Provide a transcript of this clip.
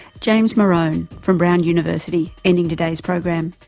james morone from brand university ending today's program.